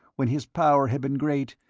when his power had been great,